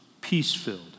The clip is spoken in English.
peace-filled